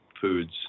foods